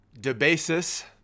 Debasis